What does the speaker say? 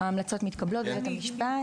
כן, ההמלצות מתקבלות בבית המשפט.